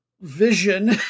vision